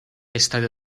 estadio